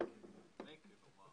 - חבר הכנסת מיקי לוי,